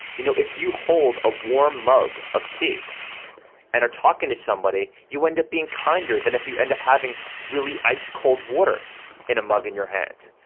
you know if you hold a warm mug of tea and are talking to somebody, you end up being kinder than if you end up have really ice cold water in a mug in your hand.